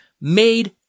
made